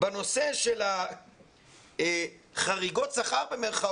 בנושא של "חריגות שכר"